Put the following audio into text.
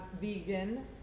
vegan